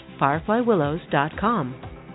fireflywillows.com